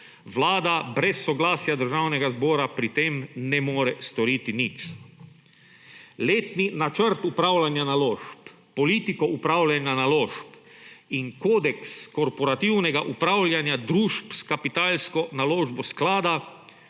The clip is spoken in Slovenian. Vlada brez soglasja Državnega zbora pri tem ne more storiti nič. Letni načrt upravljanja naložb, politiko upravljanja naložb in kodeks korporativnega upravljanja družb s kapitalsko naložbo sklada,